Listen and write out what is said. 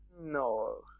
No